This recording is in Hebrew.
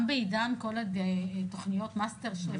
גם בעידן כל תוכניות המסטר שף?